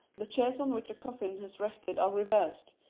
the chairs on which a coffin has rested are reversed,